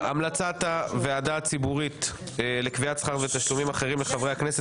המלצת הוועדה הציבורית לקביעת שכר ותשלומים אחרים לחברי הכנסת